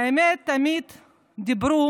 האמת, תמיד דיברו,